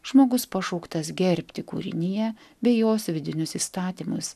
žmogus pašauktas gerbti kūriniją bei jos vidinius įstatymus